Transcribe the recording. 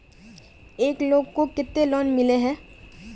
एक लोग को केते लोन मिले है?